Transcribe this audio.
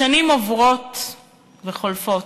השנים עוברות וחולפות,